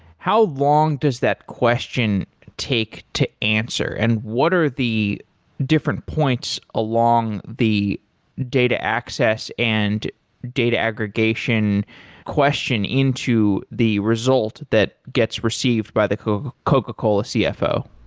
how long does that question take to answer and what are the different points along the data access and data aggregation question into the result that gets received by the kind of coca-cola coca-cola cfo?